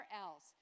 else